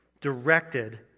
directed